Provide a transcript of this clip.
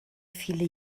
viele